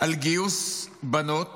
על גיוס בנות